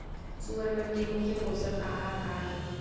सुअर मन के मुख्य पोसक आहार का हे?